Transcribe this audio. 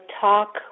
talk